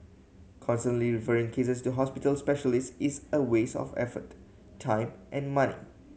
constantly referring cases to hospital specialist is a waste of effort time and money